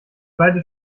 beide